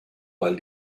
weil